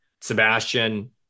Sebastian